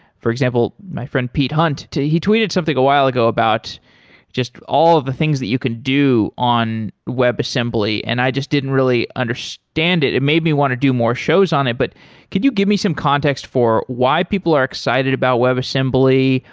for example, my friend pete hunt, he tweeted something a while ago about just all of the things that you can do on web assembly and i just didn't really understand it. it made me want to do more shows on it, but could you give me some context for why people are excited about web assembly?